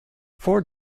four